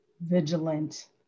vigilant